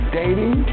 dating